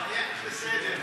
בסדר.